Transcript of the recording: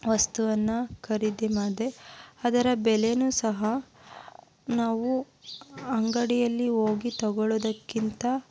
ವಸ್ತುವನ್ನು ಖರೀದಿ ಮಾಡಿದೆ ಅದರ ಬೆಲೆಯೂ ಸಹ ನಾವು ಅಂಗಡಿಯಲ್ಲಿ ಹೋಗಿ ತಗೊಳೋದಕ್ಕಿಂತ